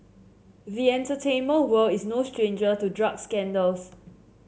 the entertainment world is no stranger to drug scandals